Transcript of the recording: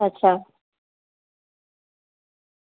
અચ્છા